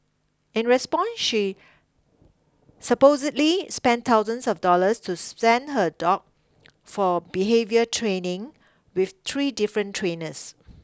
in response she supposedly spent thousands of dollars to send her dog for behaviour training with three different trainers